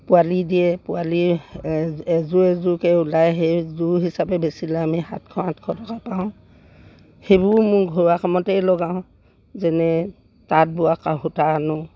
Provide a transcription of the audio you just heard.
পোৱালি দিয়ে পোৱালি এযোৰ এযোৰকৈ ওলায় সেই জোৰ হিচাপে বেচিলে আমি সাতশ আঠশ টকা পাওঁ সেইবোৰ মোৰ ঘৰুৱা কামতেই লগাওঁ যেনে তাঁতবোৱা সূতা আনোঁ